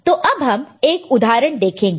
तो अब हम एक उदाहरण देखेंगे